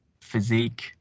physique